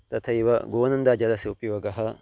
तथैव गोवनन्दाजलस्य उपयोगः